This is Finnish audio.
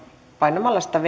painamalla viides